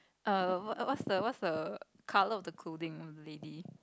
err what's the what's the color of the clothing of the lady